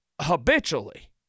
habitually